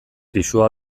pisua